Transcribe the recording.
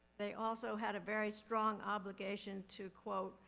they also had a very strong obligation to quote,